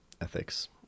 ethics